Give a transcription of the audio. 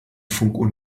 funkuhr